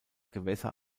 gewässer